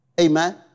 Amen